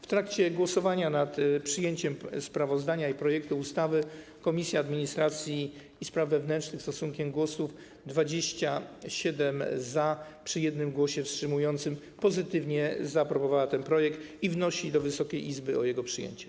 W trakcie głosowania nad przyjęciem sprawozdania i projektu ustawy Komisja Administracji i Spraw Wewnętrznych stosunkiem głosów 27 za, przy 1 głosie wstrzymującym się, pozytywnie zaopiniowała, zaaprobowała ten projekt i wnosi do Wysokiej Izby o jego przyjęcie.